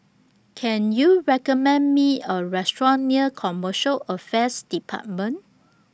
Can YOU recommend Me A Restaurant near Commercial Affairs department